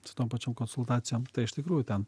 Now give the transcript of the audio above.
su tom pačiom konsultacijom iš tikrųjų ten